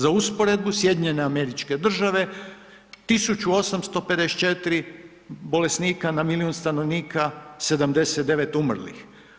Za usporedbu, SAD 1854 bolesnika na milijun stanovnika, 79 umrlih.